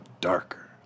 darker